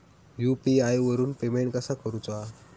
UPI वरून payment कसा करूचा?